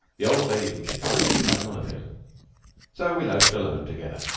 the old lady from chicago would have none of him so we loafed alone together,